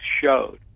showed